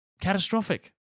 catastrophic